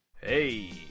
Hey